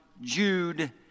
Jude